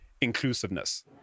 inclusiveness